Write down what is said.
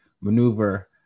maneuver